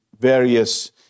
various